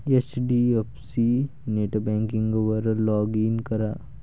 HDFC नेटबँकिंगवर log in करा